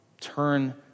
turn